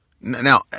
Now